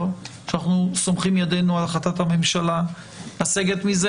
שאנחנו סומכים ידינו על החלטת הממשלה לסגת מזה.